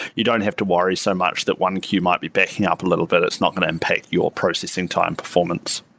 you don't have to worry so much that one queue might be backing up a little bit. it's not going to impact your processing time performance.